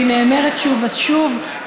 והיא נאמרת שוב ושוב,